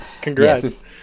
congrats